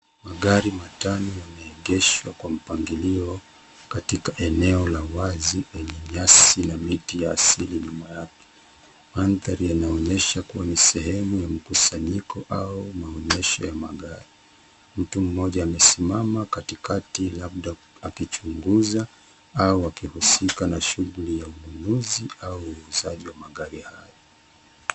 Magari matano yameegeshwa kwa mpangilio katika eneo la wazi enye nyasi na miti ya asili nyuma yake. Mandhari inaonyesha kua ni sehemu ya mkusanyiko au maonyesho ya magari. Mtu mmoja amesimama katikati labda akichunguza au akihusika na shughuli ya ununuzi au uuzaji wa magari hayo.